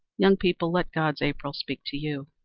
young people, let god's april speak to you.